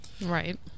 Right